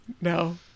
No